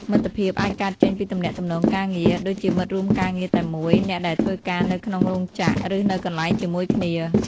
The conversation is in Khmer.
មិត្តភាពអាចកើតចេញពីទំនាក់ទំនងការងារ ដូចជាមិត្តរួមការងារតែមួយ អ្នកដែលធ្វើការនៅក្នុងរោងចក្រ ឬនៅកន្លែងជាមួយគ្នា ។